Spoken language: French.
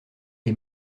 des